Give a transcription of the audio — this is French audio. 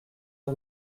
des